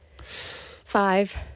Five